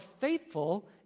faithful